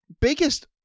biggest